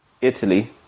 Italy